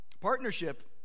Partnership